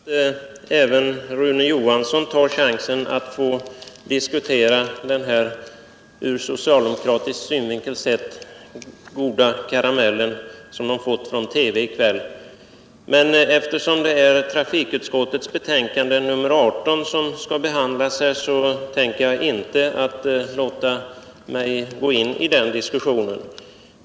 Herr talman! Jag förstår att även Rune Johansson tar chansen att få diskutera den här ur socialdemokratisk synvinkel sett goda karamellen som man har fått i TV i kväll. Men eftersom det är trafikutskottets betänkande 18 som skall behandlas, tänker jag inte gå in i den diskussionen.